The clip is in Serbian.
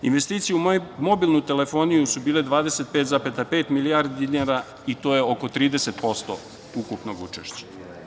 Investicije u mobilnu telefoniju su bile 25,5 milijardi dinara i to je oko 30% ukupnog učešća.